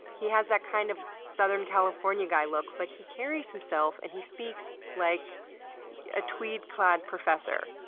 he has that kind of southern california guy look, but he carries himself and he speaks like a tweed-clad professor.